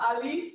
Ali